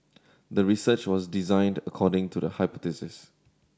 the research was designed according to the hypothesis